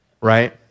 right